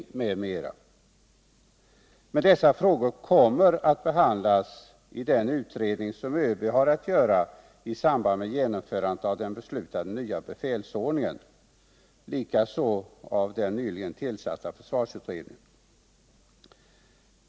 Men dessa frågor kommer att behandlas i den utredning som ÖB har att göra i samband med genomförandet av den beslutade nya befälsordningen, likaså av den nyligen tillsatta försvarsutredningen.